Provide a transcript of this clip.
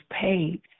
paid